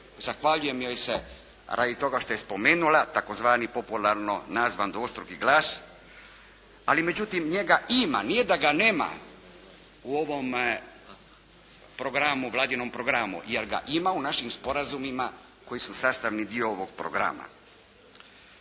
zahvaljujem joj se radi toga što je spomenula tzv. popularno nazvan dvostruki glas, ali međutim njega ima, nije da ga nema u ovom programu, Vladinom programu, jer ga ima u našim sporazumima koji su sastavni dio ovog programa.